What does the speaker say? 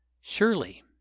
Surely